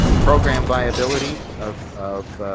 program viability of of